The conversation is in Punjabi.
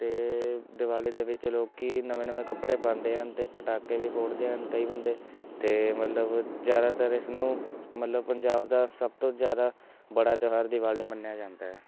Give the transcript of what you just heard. ਅਤੇ ਦਿਵਾਲੀ ਦੇ ਵਿੱਚ ਲੋਕ ਨਵੇਂ ਨਵੇਂ ਕੱਪੜੇ ਪਾਉਂਦੇ ਹਨ ਅਤੇ ਪਟਾਕੇ ਵੀ ਫੋੜਦੇ ਹਨ ਕਈ ਬੰਦੇ ਅਤੇ ਮਤਲਬ ਜ਼ਿਆਦਾਤਰ ਇਸਨੂੰ ਮਤਲਵ ਪੰਜਾਬ ਦਾ ਸਭ ਤੋਂ ਜ਼ਿਆਦਾ ਬੜਾ ਤਿਉਹਾਰ ਦਿਵਾਲੀ ਮੰਨਿਆ ਜਾਂਦਾ ਹੈ